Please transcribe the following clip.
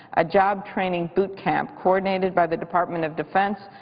a job-training boot camp coordinated by the department of defense,